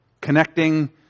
connecting